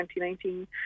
2019